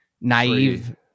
naive